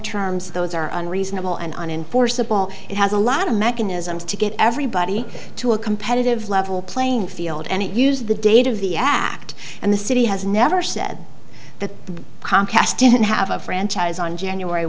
terms those are unreasonable and on enforceable it has a lot of mechanisms to get everybody to a competitive level playing field and it used the date of the act and the city has never said that comcast didn't have a franchise on january